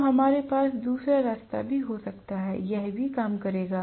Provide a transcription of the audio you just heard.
तो हमारे पास दूसरा रास्ता भी हो सकता है यह भी काम करेगा